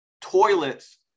toilets